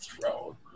throw